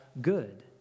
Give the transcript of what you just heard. good